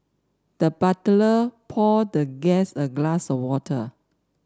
the butler poured the guest a glass of water